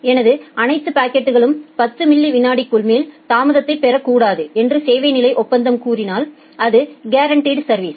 எனது அனைத்து பாக்கெட்களும் 10 மில்லி விநாடிக்கு மேல் தாமதத்தை பெறக்கூடாது என்று சேவை நிலை ஒப்பந்தம் கூறினால் இது கேரன்டிட் சா்விஸ்